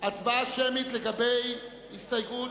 הצבעה שמית לגבי הסתייגות.